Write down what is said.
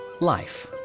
Life